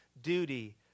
duty